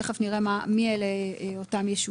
תכף נראה מי אותם יישובים.